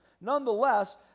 Nonetheless